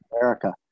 America